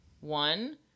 One